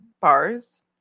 bars